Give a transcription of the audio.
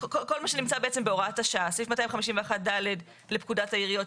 כל מה שנמצא בהוראת השעה לפקודת העיריות,